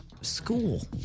School